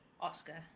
Oscar